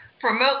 Promote